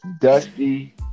dusty